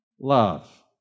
love